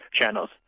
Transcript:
channels